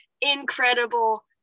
incredible